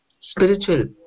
spiritual